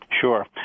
Sure